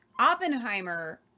Oppenheimer